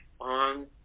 on